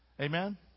Amen